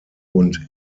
und